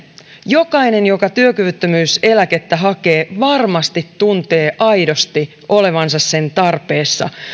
jokainen joka työkyvyttömyyseläkettä hakee varmasti tuntee aidosti olevansa sen tarpeessa